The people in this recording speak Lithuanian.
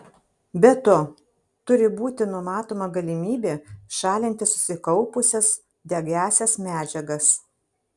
be to turi būti numatoma galimybė šalinti susikaupusias degiąsias medžiagas